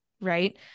right